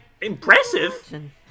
Impressive